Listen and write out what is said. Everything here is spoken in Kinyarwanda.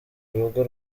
urugo